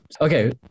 Okay